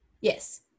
Yes